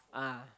ah